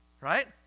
Right